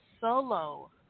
solo